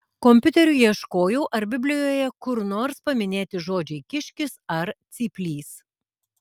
kompiuteriu ieškojau ar biblijoje kur nors paminėti žodžiai kiškis ar cyplys